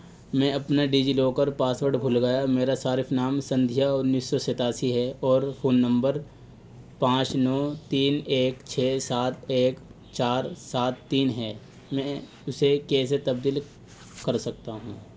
میں اپنا DigiLocker password بھول گیا میرا صارف نام سندھیا انیس سو ستاسی ہے اور فون نمبر پانچ نو تین ایک چھ سات ایک چار سات تین ہے میں اسے کیسے تبدیل کر سکتا ہوں